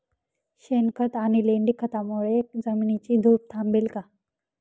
शेणखत आणि लेंडी खतांमुळे जमिनीची धूप थांबेल का?